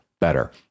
better